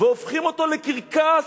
והופכים אותו לקרקס,